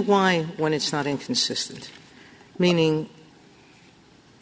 why when it's not inconsistent meaning